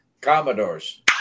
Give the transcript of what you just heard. Commodores